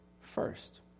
first